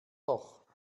doch